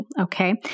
okay